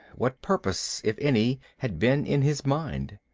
what purpose if any had been in his mind.